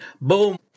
Boom